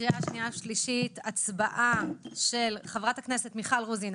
של חברת הכנסת מיכל רוזין.